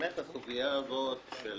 באמת הסוגיה הזאת של